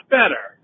better